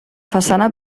façana